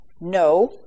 no